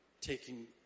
taking